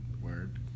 Word